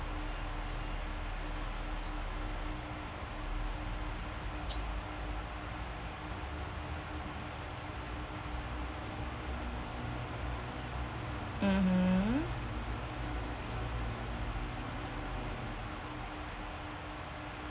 mmhmm